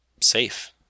safe